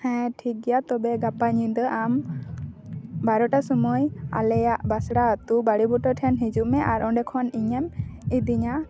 ᱦᱮᱸ ᱴᱷᱤᱠ ᱜᱮᱭᱟ ᱛᱚᱵᱮ ᱜᱟᱯᱟ ᱧᱤᱫᱟᱹ ᱟᱢ ᱵᱟᱨᱚᱴᱟ ᱥᱩᱢᱟᱹᱭ ᱟᱞᱮᱭᱟᱜ ᱵᱟᱥᱲᱟ ᱟᱛᱳ ᱵᱟᱲᱮ ᱵᱩᱴᱟᱹ ᱴᱷᱮᱱ ᱦᱤᱡᱩᱜ ᱢᱮ ᱟᱨ ᱚᱸᱰᱮ ᱠᱷᱚᱱ ᱤᱧᱮᱢ ᱤᱫᱤᱧᱟ